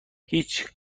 هیچ